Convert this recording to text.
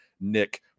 Nick